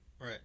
Right